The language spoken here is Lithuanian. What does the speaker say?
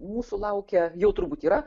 mūsų laukia jau turbūt yra